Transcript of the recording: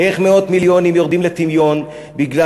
איך מאות מיליונים יורדים לטמיון בגלל